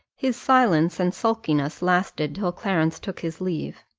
his silence and sulkiness lasted till clarence took his leave.